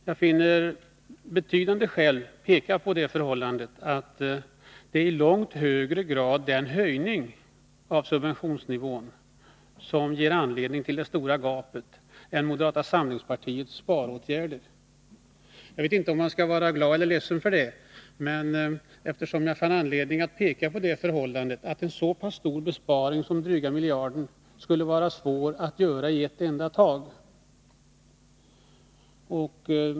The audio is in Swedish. Jag finner betydande skäl peka på det förhållandet att det i långt högre grad är en höjning av subventionsnivån som ger anledning till det stora gapet än moderata samlingspartiets sparåtgärder. Jag vet inte om man skall vara glad eller ledsen för det, men jag fann anledning att peka på det förhållandet att en så pass stor besparing som en dryg miljard skulle vara svår att göra i ett enda tag.